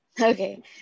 okay